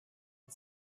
and